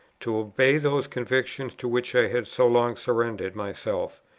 to obey those convictions to which i had so long surrendered myself,